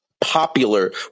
popular